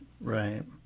Right